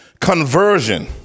conversion